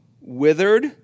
withered